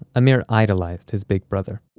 amir idolized his big brother